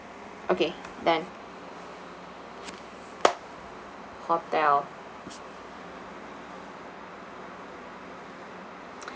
okay done hotel